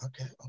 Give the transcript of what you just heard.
okay